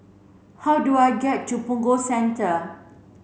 how do I get to Punggol Central